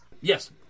Yes